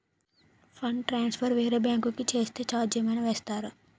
Fund transfer వేరే bank కి చేస్తే ఛార్జ్ ఏమైనా వేస్తారా?